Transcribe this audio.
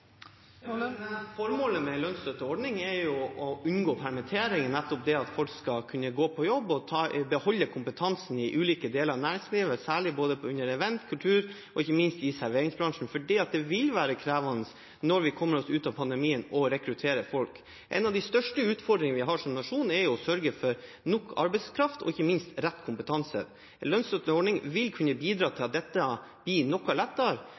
Formålet med en lønnsstøtteordning er å unngå permittering, nettopp det at folk skal kunne gå på jobb og beholde kompetansen i ulike deler av næringslivet – særlig innenfor event, kultur og ikke minst i serveringsbransjen – fordi det vil være krevende å rekruttere folk når vi kommer oss ut av pandemien. En av de største utfordringene vi har som nasjon, er å sørge for nok arbeidskraft og ikke minst rett kompetanse. En lønnsstøtteordning vil kunne bidra til at dette blir noe lettere.